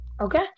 Okay